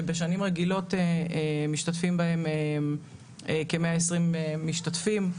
שבשנים רגילות משתתפים בהם כמאה עשרים משתתפים,